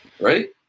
right